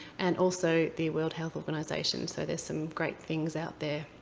and also the world health organization. so there's some great things out there.